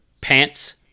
pants